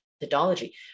methodology